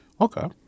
okay